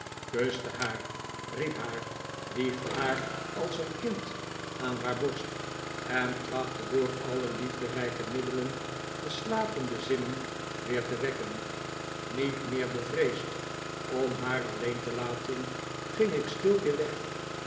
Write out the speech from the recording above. kuste haar riep haar wiegde haar als een kind aan haar borst en trachtte door alle liefderijke middelen de slapende zinnen weer te wekken niet meer bevreesd om haar alleen te laten ging ik stil weer weg